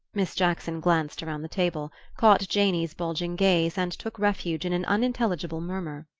miss jackson glanced around the table, caught janey's bulging gaze, and took refuge in an unintelligible murmur.